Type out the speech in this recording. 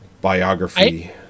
biography